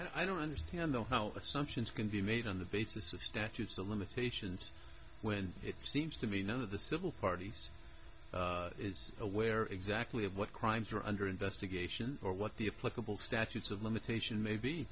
i don't understand though how assumptions can be made on the basis of statutes of limitations when it seems to me none of the civil parties is aware exactly of what crimes are under investigation or what the a political statutes of limitation maybe